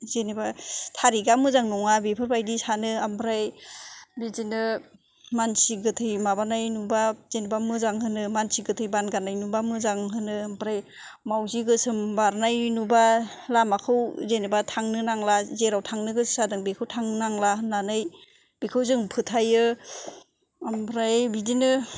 जेनेबा तारिखआ मोजां नङा बेफोरबायदि सानो ओमफ्राय बिदिनो मानसि गोथै माबानाय नुयोबा जेनेबा मोजां होनो मानसि गोथै बानगारनाय नुबा मोजां होनो ओमफ्राय मावजि गोसोम बारनाय नुयोबा लामाखौ जेनेबा थांनो नांला जेराव थांनो गोसो जादों बेखौ थांनांला होननानै बेखौ जों फोथायो ओमफ्राय बिदिनो